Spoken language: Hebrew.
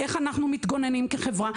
איך אנחנו מתגוננים כחברה?